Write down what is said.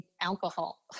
alcohol